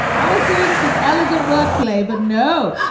i was doing some elegant wordplay, but no.